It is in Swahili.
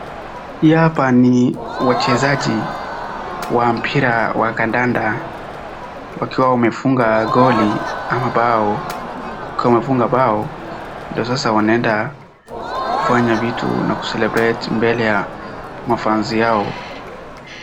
Hii hapa ni wachezaji wa mpira wa kandanda wakiwa wamefunga goli ama bao ndiyo sasa wanaenda kufanya vitu na ku celebrate mbele ya ma fans yao.